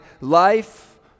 life